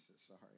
Sorry